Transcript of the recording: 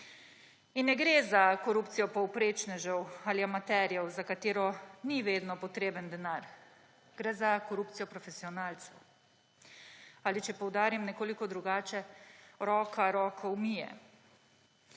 In ne gre za korupcijo povprečnežev ali amaterjev, za katero ni vedno potreben denar, gre za korupcijo profesionalca. Ali če poudarim nekoliko drugače: Roka roko umije.